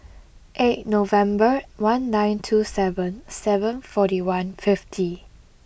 eight November one nine two seven seven forty one fifty